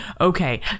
okay